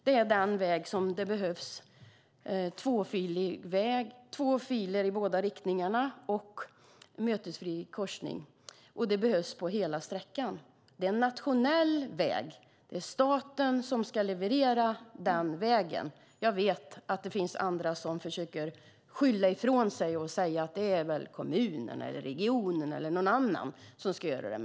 Det är den väg där det behövs två filer i båda riktningarna och mötesfri korsning, och det behövs på hela sträckan. Det är en nationell väg. Det är staten som ska leverera vägen. Jag vet att det finns andra som försöker skylla ifrån sig och säga att det är kommunen, regionen eller någon annan som ska göra det.